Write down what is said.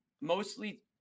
mostly